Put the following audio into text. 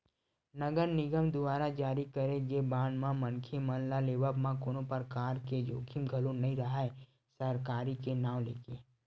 नगर निगम दुवारा जारी करे गे बांड म मनखे मन ल लेवब म कोनो परकार के जोखिम घलो नइ राहय सरकारी के नांव लेके